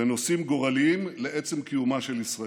בנושאים גורליים לעצם קיומה של ישראל.